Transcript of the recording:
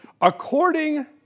According